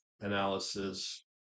analysis